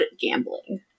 gambling